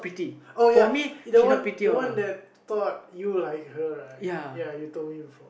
oh ya the one the one that thought you like her right ya you told before